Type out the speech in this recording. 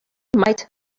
might